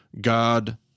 God